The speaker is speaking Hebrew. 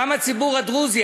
גם הציבור הדרוזי,